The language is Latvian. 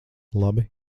labi